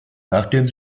nachdem